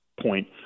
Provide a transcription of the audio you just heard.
point